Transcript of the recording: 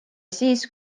siis